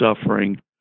suffering